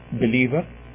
believer